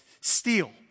steal